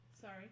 Sorry